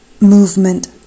Movement